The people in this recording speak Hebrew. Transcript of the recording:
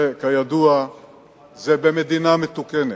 זה במדינה מתוקנת,